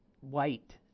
White